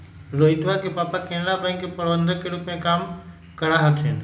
रोहितवा के पापा केनरा बैंक के प्रबंधक के रूप में काम करा हथिन